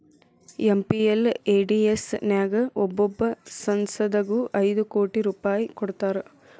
MPLADS ನ್ಯಾಗ ಒಬ್ಬೊಬ್ಬ ಸಂಸದಗು ಐದು ಕೋಟಿ ರೂಪಾಯ್ ಕೊಡ್ತಾರಾ